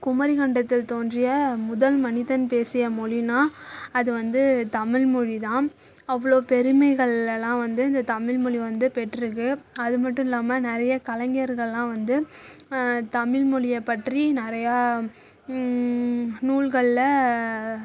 குமரிகண்டத்தில் தோன்றிய முதல் மனிதன் பேசிய மொழின்னா அது வந்து தமிழ்மொழிதான் அவ்வளோ பெருமைகள்லெலாம் வந்து இந்த தமிழ்மொழி வந்து பெற்றிருக்கு அது மட்டும் இல்லாமல் நிறைய கலைங்கர்கள்லாம் வந்து தமிழ்மொழியை பற்றி நிறையா நூல்களில்